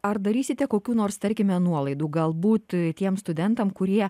ar darysite kokių nors tarkime nuolaidų galbūt tiem studentam kurie